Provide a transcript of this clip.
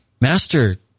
Master